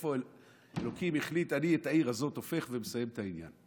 איפה אלוקים החליט: אני את העיר הזאת הופך ומסיים את העניין.